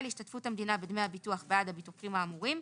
להשתתפות המדינה בדמי הביטוח בעד הביטוחים האמורים,